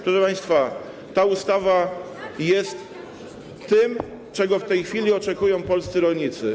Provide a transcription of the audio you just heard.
Proszę państwa, ta ustawa jest tym, czego w tej chwili oczekują polscy rolnicy.